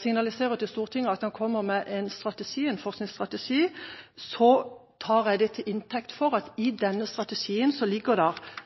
signaliserer til Stortinget at han kommer med en strategi, en forskningsstrategi, tar jeg det til inntekt for at i denne strategien ligger begge de